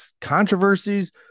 controversies